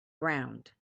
ground